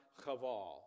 chaval